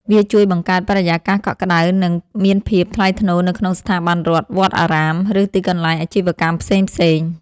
វាជួយបង្កើតបរិយាកាសកក់ក្ដៅ និងមានភាពថ្លៃថ្នូរនៅក្នុងស្ថាប័នរដ្ឋ វត្តអារាម ឬទីកន្លែងអាជីវកម្មផ្សេងៗ។